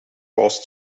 pass